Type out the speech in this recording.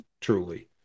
truly